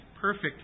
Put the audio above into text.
perfect